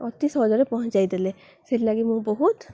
ଅତି ସହଜରେ ପହଞ୍ଚାଇ ଦେଲେ ସେଥିଲାଗି ମୁଁ ବହୁତ